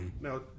Now